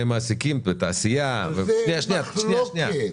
מעסיקים ותעשייה --- על זה אין מחלוקת,